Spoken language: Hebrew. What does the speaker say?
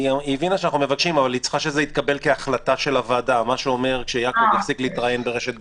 שהייה של עובדים במקום העבודה בניגוד לסעיף 3,